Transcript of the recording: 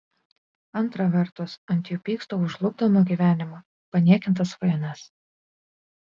antra vertus ant jų pyksta už žlugdomą gyvenimą paniekintas svajones